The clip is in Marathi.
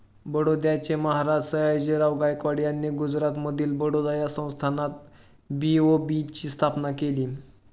बडोद्याचे महाराज सयाजीराव गायकवाड यांनी गुजरातमधील बडोदा या संस्थानात बी.ओ.बी ची स्थापना केली